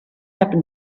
happen